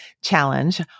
challenge